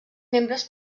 membres